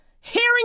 hearing